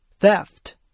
theft